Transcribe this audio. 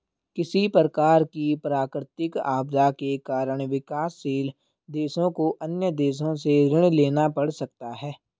किसी प्रकार की प्राकृतिक आपदा के कारण विकासशील देशों को अन्य देशों से ऋण लेना पड़ सकता है